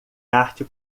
arte